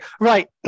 Right